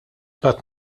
qatt